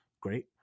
great